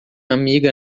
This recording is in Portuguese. amiga